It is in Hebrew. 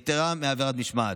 יתרה, ועבירת משמעת.